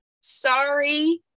sorry